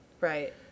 Right